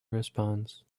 response